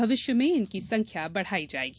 भविष्य में इनकी संख्या बढ़ाई जाएगी